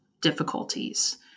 difficulties